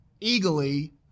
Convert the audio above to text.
eagerly